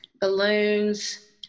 balloons